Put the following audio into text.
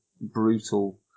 brutal